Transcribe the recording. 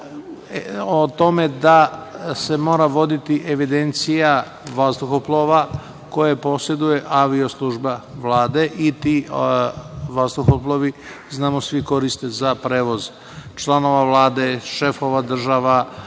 o tome da se mora voditi evidencija vazduhoplova koju poseduje služba Vlade i ti vazduhoplovi, znamo svi, koriste za prevoz članova Vlade, šefova država,